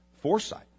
foresight